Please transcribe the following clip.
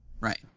Right